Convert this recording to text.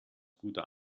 guter